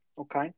okay